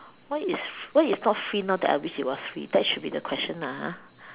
why is what is not free now that I wish it was free that should be the question lah ha